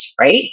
right